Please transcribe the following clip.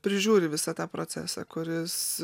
prižiūri visą tą procesą kuris